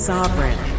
Sovereign